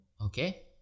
okay